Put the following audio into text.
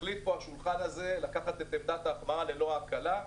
החליטו על השולחן הזה לקחת את עמדת ההחמרה ללא ההקלה.